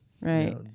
Right